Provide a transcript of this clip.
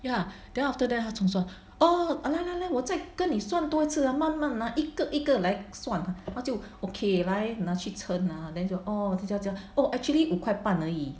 ya then after that 他就说 orh 来来来我再跟你算多一次慢慢来一个一个来算她就 ok 来拿去秤 lah then 就这样这样 orh actually 五块半而已